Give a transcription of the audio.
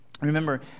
Remember